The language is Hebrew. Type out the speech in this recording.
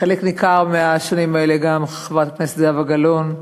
בחלק ניכר מהשנים האלה גם חברת הכנסת זהבה גלאון,